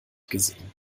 gesehen